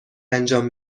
انجام